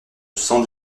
cent